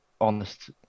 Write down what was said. honest